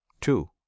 two